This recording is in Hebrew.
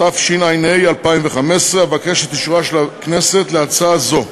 התשע"ה 2015. אבקש את אישורה של הכנסת להצעה זו.